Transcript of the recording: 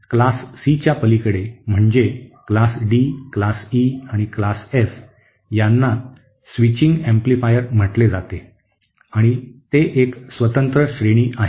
वर्ग सी च्या पलीकडे म्हणजे वर्ग डी वर्ग ई आणि वर्ग एफ यांना स्विचिंग एम्पलीफायर म्हटले जाते आणि ते एक स्वतंत्र श्रेणी आहेत